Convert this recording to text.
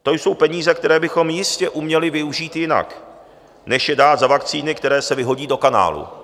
To jsou peníze, které bychom jistě uměli využít jinak než je dát za vakcíny, které se vyhodí do kanálu.